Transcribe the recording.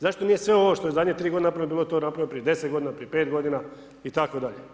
Zašto nije sve ovo što je zadnje tri godine napravljeno, bilo to napravljeno prije 10 godina, prije 5 godina itd.